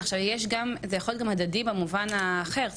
עכשיו זה יכול להיות גם הדדי במובן האחר,